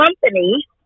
company